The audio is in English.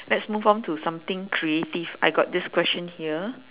let's move on to something creative I got this question here